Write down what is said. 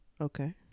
okay